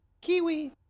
Kiwi